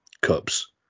cups